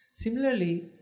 Similarly